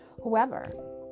whoever